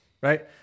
right